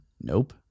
Nope